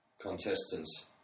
contestants